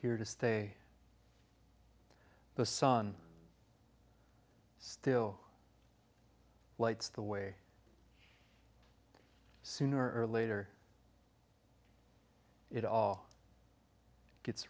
here to stay the sun still lights the way sooner or later it all gets